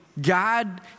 God